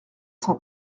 cent